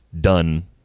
done